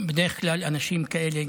בדרך כלל אנשים כאלה,